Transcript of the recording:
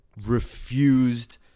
refused